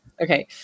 Okay